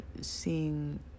seeing